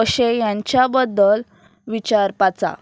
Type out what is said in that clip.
अशें ह्यांच्या बद्दल विचारपाचां